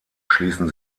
schließen